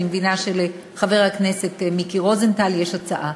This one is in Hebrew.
אני מבינה שלחבר הכנסת מיקי רוזנטל יש הצעה.